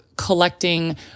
collecting